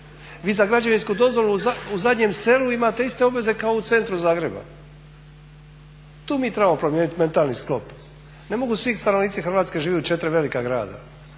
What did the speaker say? Vi za građevinsku dozvolu u zadnjem selu imate iste obveze kao u centru Zagreba? Tu mi trebamo promijeniti mentalni sklop. Ne mogu svi stanovnici Hrvatske živjet u 4 velika grada,